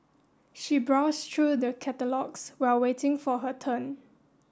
she browsed through the catalogues while waiting for her turn